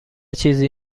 چیزی